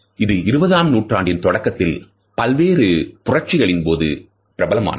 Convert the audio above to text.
இது இருபதாம் நூற்றாண்டின் தொடக்கத்தில் பல்வேறு புரட்சிகளின் போது பிரபலமானது